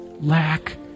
lack